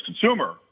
consumer